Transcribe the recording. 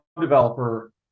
developer